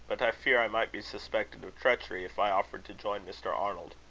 but i fear i might be suspected of treachery, if i offered to join mr. arnold.